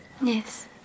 Yes